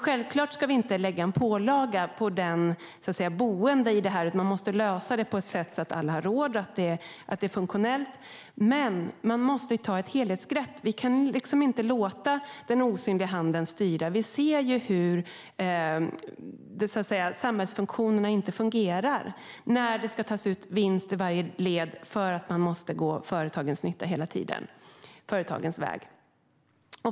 Självklart ska vi inte lägga en pålaga på den boende här, utan man måste lösa det på ett sätt så att alla har råd och det är funktionellt. Men man måste ta ett helhetsgrepp. Vi kan inte låta den osynliga handen styra. Vi ser ju hur samhällsfunktionerna inte fungerar när det ska tas ut vinst i varje led för att man hela tiden ska gå företagens väg.